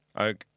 Okay